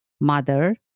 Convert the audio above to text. mother